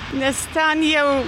nes ten jau